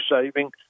saving